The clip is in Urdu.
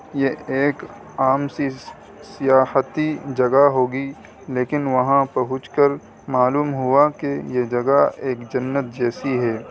یہ ایک عام سی سیاحتی جگہ ہوگی لیکن وہاں پہنچ کر معلوم ہوا کہ یہ جگہ ایک جنت جیسی ہے